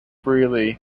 freely